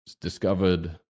discovered